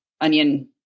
onion